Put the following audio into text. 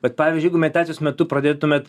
bet pavyzdžiui jeigu meditacijos metu pradėtumėt